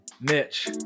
Mitch